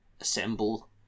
assemble